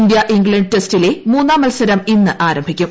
India England ടെസ്റ്റിലെ മൂന്നാം മൽസരം ഇന്ന് ആരംഭിക്കും